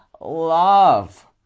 love